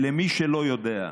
למי שלא יודע,